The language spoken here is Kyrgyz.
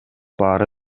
баары